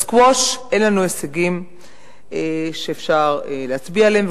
בסקווש אין לנו הישגים שאפשר להצביע עליהם,